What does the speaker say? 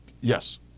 Yes